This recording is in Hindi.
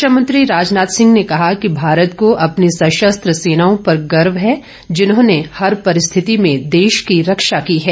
रक्षामंत्री राजनाथ सिंह ने कहा कि भारत को अपनी सशस्त्र सेनाओं पर गर्व है जिन्होंने हर परिस्थितियों में देश की रक्षा की है